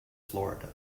florida